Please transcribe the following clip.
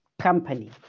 company